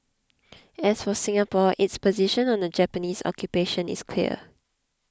as for Singapore its position on the Japanese occupation is clear